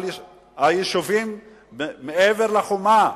על היישובים מעבר לחומה,